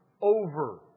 over